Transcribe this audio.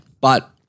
But-